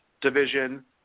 division